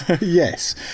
Yes